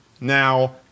Now